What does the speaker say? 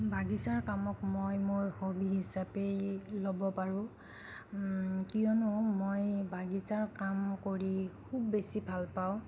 বাগিচাৰ কামক মই মোৰ হবি হিচাপে ল'ব পাৰোঁ কিয়নো মই বাগিচাৰ কাম কৰি খুব বেছি ভাল পাওঁ